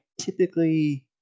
typically